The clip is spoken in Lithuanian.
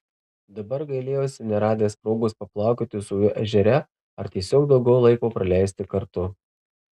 dabar gailėjausi neradęs progos paplaukioti su juo ežere ar tiesiog daugiau laiko praleisti kartu